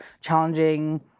challenging